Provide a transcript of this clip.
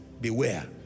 beware